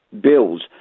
bills